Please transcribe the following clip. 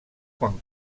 quan